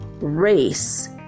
race